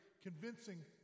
convincing